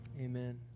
Amen